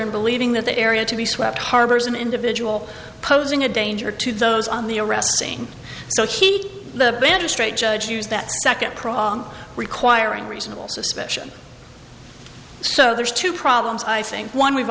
in believing that the area to be swept harbors an individual posing a danger to those on the arresting so he'd the better straight judge to use that second prong requiring reasonable suspicion so there's two problems i think one we've